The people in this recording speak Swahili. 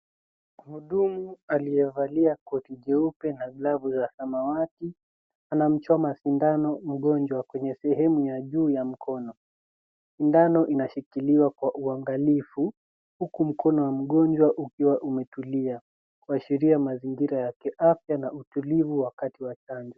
Mhudumu aliyevalia koti jeupe na glavu za samawati ,anamchoma sindano mgonjwa kwenye sehemu ya juu ya mkono. Sindano inashikiliwa kwa uangalifu, huku mkono wa mgonjwa ukiwa umetulia, kuashiria mazingira ya kiafya na utulivu wakati wa chanjo.